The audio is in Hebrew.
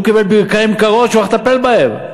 והוא קיבל ברכיים קרות כשהוא הלך לטפל בהן.